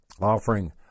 offering